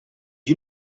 you